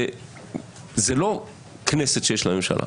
זה לא כנסת שיש לה ממשלה.